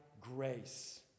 grace